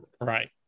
Right